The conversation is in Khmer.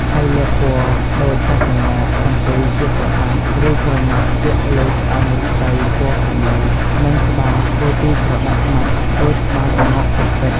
ហើយលាបពណ៌ដូចសត្វក្ងោក កន្ទុយជាក្រដាស ឬក្រណាត់ ពាក់លើឆ្អឹងឫស្សីពណ៌ក្រម៉ៅ និងក្បាលធ្វើពីក្រដាសស្មាច់ ដូចក្បាលក្ងោកពិតៗ។